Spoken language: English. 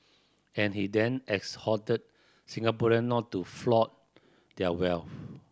and he then exhorted Singaporean not to flaunt their wealth